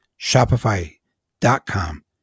Shopify.com